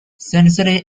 sensory